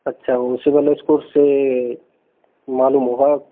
अच्छा वो सिबिल स्कोर से मालूम होगा अब